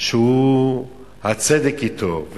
שהצדק אתו,